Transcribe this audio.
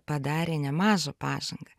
padarė nemažą pažangą